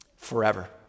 forever